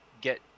get